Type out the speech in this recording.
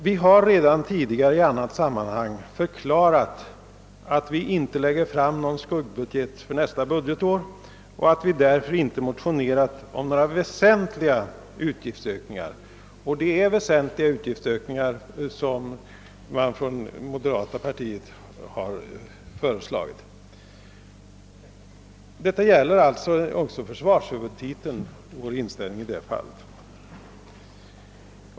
Vi har redan tidigare i annat sammanhang framhållit att vi inte lägger fram någon skuggbudget för nästa budgetår och att vi därför inte motionerat om några väsentliga utgiftsökningar — och det är väsentliga utgiftsökningar som moderata samlingspartiet föreslagit. Vår inställning härvidlag gäller också försvarshuvudtiteln.